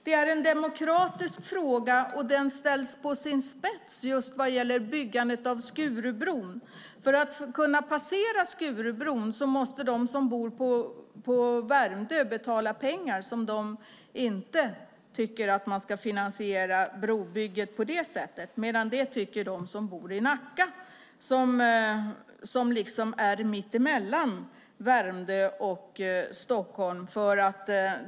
Det är en demokratisk fråga, och den ställs på sin spets just vad gäller byggandet av Skurubron. För att kunna passera Skurubron måste de som bor på Värmdö betala pengar. De tycker inte att man ska finansiera brobygget på detta sätt, men det tycker de som bor i Nacka och är mitt emellan Värmdö och Stockholm.